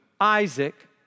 Isaac